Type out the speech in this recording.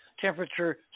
temperature